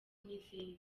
n’izindi